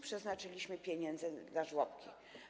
Przeznaczyliśmy pieniądze na żłobki.